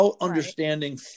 understanding